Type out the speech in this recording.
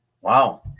Wow